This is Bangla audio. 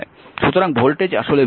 সুতরাং ভোল্টেজ আসলে V12 যা আসলে dwdq